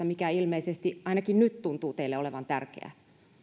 mikä ilmeisesti ainakin nyt tuntuu teille olevan tärkeä